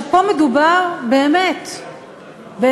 פה מדובר באחד המפגנים הממלכתיים, היפים,